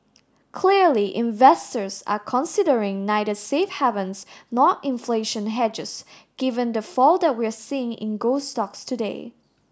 clearly investors are considering neither safe havens nor inflation hedges given the fall that we're seeing in gold stocks today